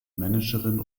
managerin